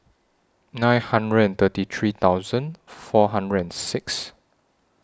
nine hundred thirty three thousand four hundred and six